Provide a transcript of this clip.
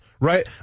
right